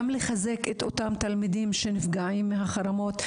גם לחזק את התלמידים שנפגעים מהחרמות,